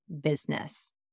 business